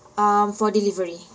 um for delivery